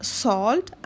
salt